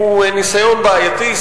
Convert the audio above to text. הוא ניסיון בעייתי.